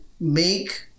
make